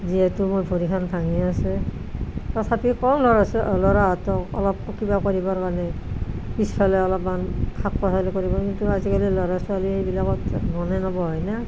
যিহেতু মোৰ ভৰিখন ভাঙি আছে তথাপি কওঁ ল'ৰা ছো ল'ৰাহঁতক অলপ কিবা কৰিবৰ কাৰণে পিছফালে অলপমান শাক পাচলি কৰিব কিন্তু আজিকালি ল'ৰা ছোৱালীয়ে এইবিলাকত মনেই নবহে না